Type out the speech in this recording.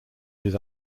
his